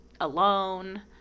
Alone